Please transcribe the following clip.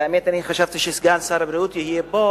אני חשבתי שסגן שר הבריאות יהיה פה,